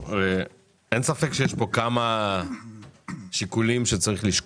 אין ספק שיש פה כמה שיקולים שצריך לשקול,